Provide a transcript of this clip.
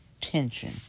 tension